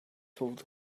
told